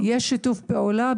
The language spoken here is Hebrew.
יש שיתוף פעולה,